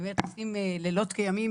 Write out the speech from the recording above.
באמת עושים לילות כימים,